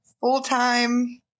full-time